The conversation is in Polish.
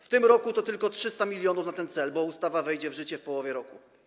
W tym roku to tylko 300 mln na ten cel, bo ustawa wejdzie w życiu w połowie roku.